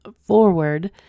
forward